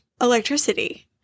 electricity